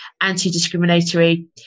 anti-discriminatory